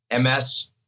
MS